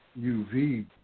UV